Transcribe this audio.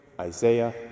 Isaiah